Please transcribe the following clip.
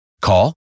Call